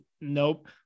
nope